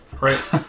right